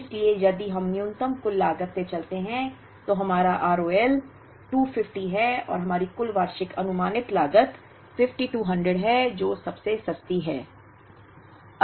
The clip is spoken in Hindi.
इसलिए यदि हम न्यूनतम कुल लागत से चलते हैं तो हमारा R O L 250 है और हमारी कुल वार्षिक अनुमानित लागत 5200 है जो सबसे सस्ती है